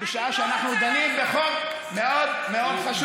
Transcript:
בשעה שאנחנו דנים בחוק מאוד מאוד חשוב.